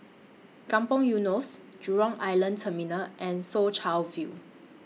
Kampong Eunos Jurong Island Terminal and Soo Chow View